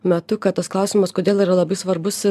metu kad tas klausimas kodėl yra labai svarbus